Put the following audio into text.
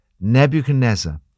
nebuchadnezzar